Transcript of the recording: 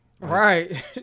right